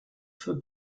für